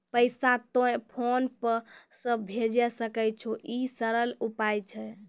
पैसा तोय PhonePe से भैजै सकै छौ? ई सरल उपाय छै?